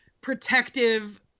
protective